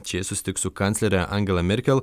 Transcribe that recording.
čia jis susitiks su kanclere angela merkel